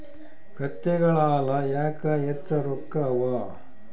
ಕತ್ತೆಗಳ ಹಾಲ ಯಾಕ ಹೆಚ್ಚ ರೊಕ್ಕ ಅವಾ?